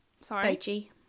Sorry